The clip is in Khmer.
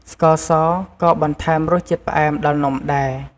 ស្ករសក៏បន្ថែមរសជាតិផ្អែមដល់នំដែរ